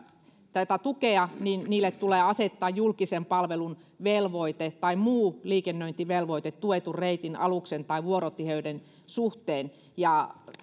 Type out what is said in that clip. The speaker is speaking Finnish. tätä tukea tulee asettaa julkisen palvelun velvoite tai muu liikennöintivelvoite tuetun reitin aluksen tai vuorotiheyden suhteen